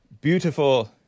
beautiful